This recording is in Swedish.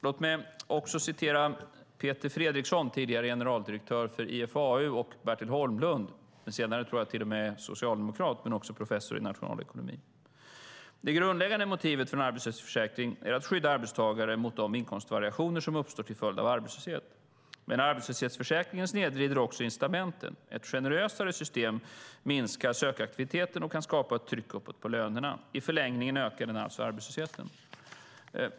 Låt mig vidare citera Peter Fredriksson, tidigare generaldirektör i IFAU, och Bertil Holmlund, professor i nationalekonomi - den senare tror jag till och med är socialdemokrat. De skriver: Det grundläggande motivet för arbetslöshetsförsäkring är att skydda arbetstagare mot de inkomstvariationer som uppstår till följd av arbetslöshet. Men arbetslöshetsförsäkringen snedvrider också incitamenten. Ett generösare system minskar sökaktiviteten och kan skapa ett tryck uppåt på lönerna. I förlängningen ökar den alltså arbetslösheten.